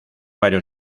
varios